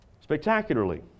spectacularly